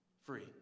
Free